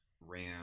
ram